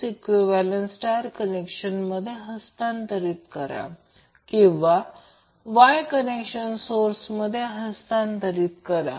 तर या प्रकरणात याचा अर्थ असा आहे की सिंगल फेज सर्किटसाठी आपण आधीच पाहिलेले आहे की v v m मला ते स्पष्ट करू द्या v v m sin t